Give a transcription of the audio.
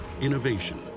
Innovation